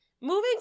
Moving